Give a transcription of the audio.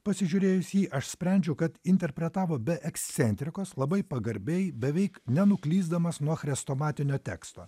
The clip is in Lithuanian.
pasižiūrėjus jį aš sprendžiu kad interpretavo be ekscentrikos labai pagarbiai beveik nenuklysdamas nuo chrestomatinio teksto